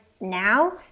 now